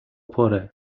پره